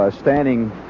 standing